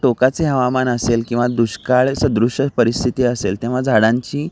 टोकाचे हवामान असेल किंवा दुष्काळसदृश्य परिस्थिती असेल तेव्हा झाडांची